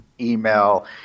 email